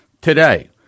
today